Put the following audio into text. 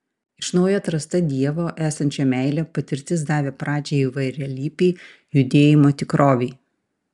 iš naujo atrasta dievo esančio meile patirtis davė pradžią įvairialypei judėjimo tikrovei